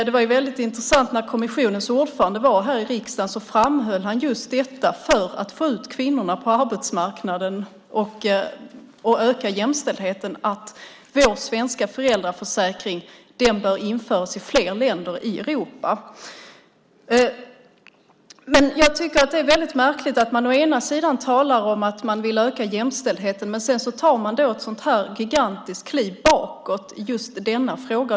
Det var väldigt intressant att höra kommissionens ordförande som när han var här i riksdagen framhöll just att vår svenska föräldraförsäkring bör införas i flera länder i Europa för att få ut kvinnorna på arbetsmarknaden och öka jämställdheten. Men jag tycker att det är väldigt märkligt att man å ena sidan talar om att man vill öka jämställdheten, å andra sidan tar ett sådant gigantiskt kliv bakåt i just denna fråga.